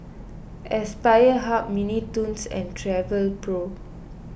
Aspire Hub Mini Toons and Travelpro